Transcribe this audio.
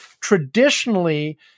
Traditionally